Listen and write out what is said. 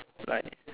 like